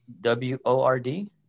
w-o-r-d